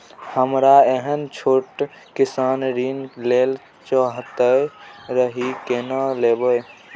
हमरा एहन छोट किसान ऋण लैले चाहैत रहि केना लेब?